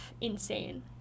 insane